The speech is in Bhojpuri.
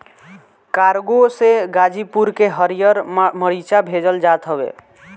कार्गो से गाजीपुर के हरिहर मारीचा भेजल जात हवे